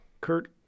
Kurt